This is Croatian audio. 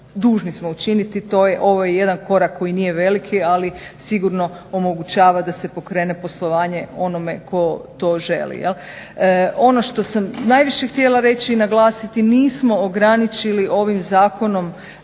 dužni smo učiniti. Ovo je jedan korak koji nije veliki, ali sigurno omogućava da se pokrene poslovanje onome tko to želi. Ono što sam najviše htjela reći i naglasiti, nismo ograničili ovim zakonom